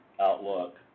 outlook